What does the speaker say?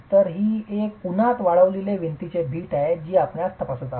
तर ही एक उन्हात वाळविलेले वीटची भिंत आहे जी आपण तपासत आहोत